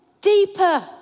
deeper